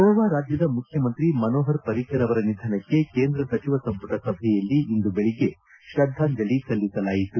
ಗೋವಾ ರಾಜ್ಯದ ಮುಖ್ಯಮಂತ್ರಿ ಮನೋಪರ್ ಪರ್ರಿಕರ್ ಅವರ ನಿಧನಕ್ಕೆ ಕೇಂದ್ರ ಸಚಿವ ಸಂಪುಟ ಸಭೆಯಲ್ಲಿ ಇಂದು ಬೆಳಗ್ಗೆ ಶ್ರದ್ದಾಂಜಲಿ ಸಲ್ಲಿಸಲಾಯಿತು